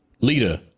leader